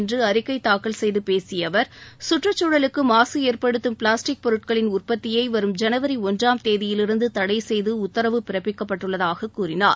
இன்று அறிக்கை தாக்கல் செய்து பேசிய அவர் கற்றக்குழலுக்கு மாக ஏற்படுத்தும் பிளாஸ்டிக் பொருட்களின் உற்பத்தியை வரும் ஜனவரி ஒன்றாம் தேதியிலிருந்து தடை செய்து உத்தரவு பிறப்பிக்கப்பட்டுள்ளதாக கூறினார்